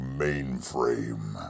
mainframe